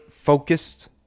Focused